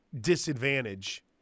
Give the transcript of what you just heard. disadvantage